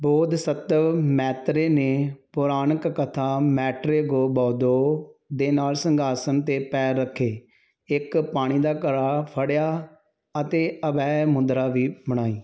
ਬੋਧਸੱਤਵ ਮੈਤ੍ਰੇਅ ਨੇ ਪੌਰਾਣਿਕ ਕਥਾ ਮੈਟਰੇਗੋ ਬੌਦੋ ਦੇ ਨਾਲ ਸਿੰਘਾਸਣ 'ਤੇ ਪੈਰ ਰੱਖੇ ਇੱਕ ਪਾਣੀ ਦਾ ਘੜਾ ਫੜਿਆ ਅਤੇ ਅਭੈ ਮੁਦਰਾ ਵੀ ਬਣਾਈ